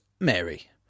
Mary